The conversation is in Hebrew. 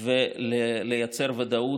ולייצר ודאות,